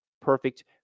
perfect